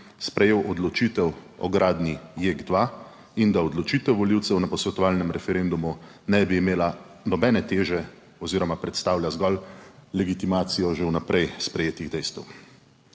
sprejel odločitev o gradnji JEK2 in da odločitev volivcev na posvetovalnem referendumu ne bi imela nobene teže oziroma predstavlja zgolj legitimacijo že vnaprej sprejetih dejstev.